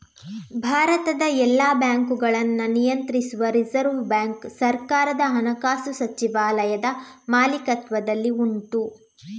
ಭಾರತದ ಎಲ್ಲ ಬ್ಯಾಂಕುಗಳನ್ನ ನಿಯಂತ್ರಿಸುವ ರಿಸರ್ವ್ ಬ್ಯಾಂಕು ಸರ್ಕಾರದ ಹಣಕಾಸು ಸಚಿವಾಲಯದ ಮಾಲೀಕತ್ವದಲ್ಲಿ ಉಂಟು